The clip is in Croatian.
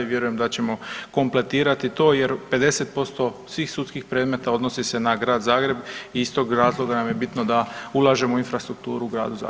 Vjerujem da ćemo kompletirati to jer 50% svih sudskih predmeta odnosi se na grad Zagreb i iz tog razloga nam je bitno da ulažemo u infrastrukturu u gradu Zagrebu.